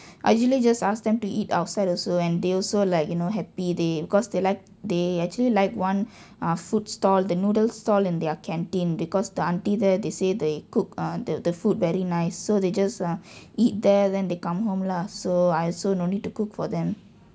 I usually just ask them to eat outside also and they also like you know happy they cause they like they actually like [one] ah food stall the noodle stall in their canteen because the aunty there they say they cook ah the the food very nice so they just ah eat there then they come home lah so I also no need to cook for them